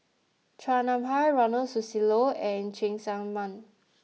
Chua Nam Hai Ronald Susilo and Cheng Tsang Man